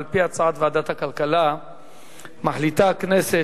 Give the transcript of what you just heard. על-פי הצעת ועדת הכלכלה מחליטה הכנסת,